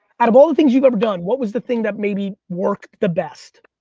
out of all the things you've ever done, what was the thing that maybe worked the best?